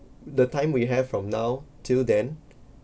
the time we have from now till then